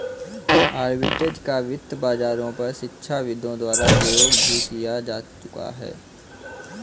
arbitrage का वित्त बाजारों पर शिक्षाविदों द्वारा प्रयोग भी किया जा चुका है